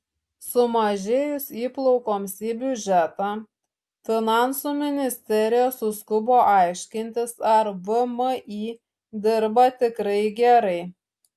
sumažėjus įplaukoms į biudžetą finansų ministerija suskubo aiškintis ar vmi dirba tikrai gerai